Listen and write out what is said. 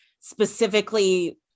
specifically